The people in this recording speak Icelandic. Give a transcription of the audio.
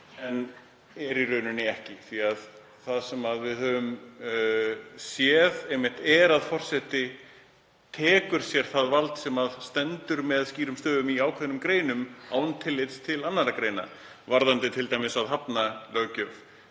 það í rauninni ekki. Það sem við höfum séð er að forseti tekur sér það vald sem stendur með skýrum stöfum í ákveðnum greinum án tillits til annarra greina varðandi það t.d. að hafna löggjöf.